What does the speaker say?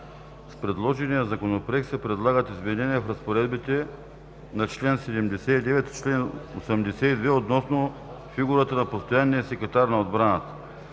С предложения Законопроект се предлагат изменения в разпоредбите на чл. 79 и чл. 82 относно фигурата на постоянния секретар на отбраната.